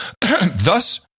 Thus